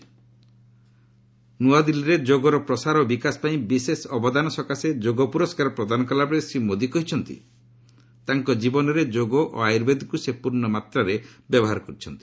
ନ୍ନଆଦିଲ୍ଲୀରେ ଯୋଗର ପ୍ରସାର ଓ ବିକାଶ ପାଇଁ ବିଶେଷ ଅବଦାନ ସକାଶେ ଯୋଗ ପୁରସ୍କାର ପ୍ରଦାନ କଲାବେଳେ ଶ୍ରୀ ମୋଦି କହିଛନ୍ତି ତାଙ୍କ ଜୀବନରେ ଯୋଗ ଓ ଆୟୁର୍ବେଦକୁ ସେ ପୂର୍୍ଣମାତ୍ରାରେ ବ୍ୟବହାର କରୁଛନ୍ତି